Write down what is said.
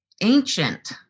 ancient